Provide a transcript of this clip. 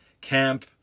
camp